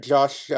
Josh